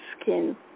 skin